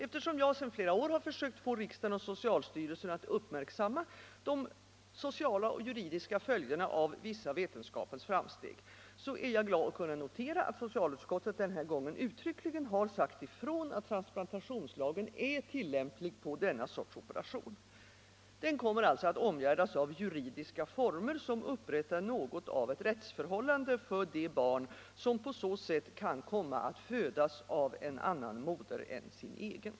Eftersom jag sedan flera år försökt få riksdagen och socialstyrelsen att uppmärksamma de sociala och juridiska följderna av vissa vetenskapens framsteg, är jag glad att kunna notera att socialutskottet denna gång uttryckligen sagt ifrån att transplantationslagen är tillämplig på denna sorts operation. Den kommer alltså att omgärdas av juridiska former, som upprättar något av ett rättsförhållande för det barn som på så sätt kan komma att födas av en annan moder än sin egen.